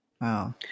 Wow